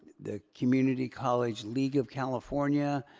the community college league of california,